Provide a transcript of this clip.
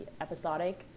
episodic